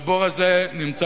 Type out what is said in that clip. והבור הזה נמצא,